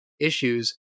issues